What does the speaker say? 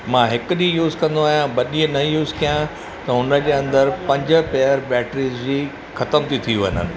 मां हिकु ॾींहुं यूज़ कंदो आहियां ॿ ॾींहुं न यूज़ कयां त हुनजे अंदरु पंज पेअर बैटरीअ जी ख़तमु थी थी वञनि